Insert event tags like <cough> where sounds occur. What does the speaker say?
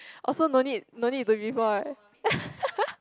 also no need no need to report <laughs>